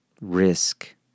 Risk